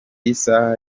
isaha